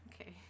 Okay